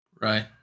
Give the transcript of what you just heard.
Right